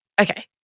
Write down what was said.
okay